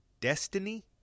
destiny